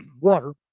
water